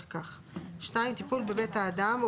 (2)טיפול בבית האדם,